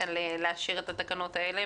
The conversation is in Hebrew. ולאשר את התקנות הללו.